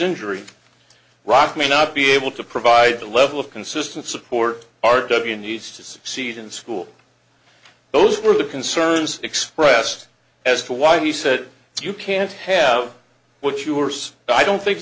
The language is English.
injury rock may not be able to provide the level of consistent support r w needs to succeed in school those were the concerns expressed as to why he said you can't have what you are so i don't think